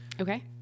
okay